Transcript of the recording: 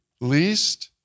least